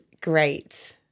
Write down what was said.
great